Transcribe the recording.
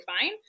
fine